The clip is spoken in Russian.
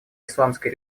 исламской